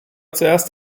zuerst